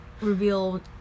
reveal